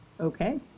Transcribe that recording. okay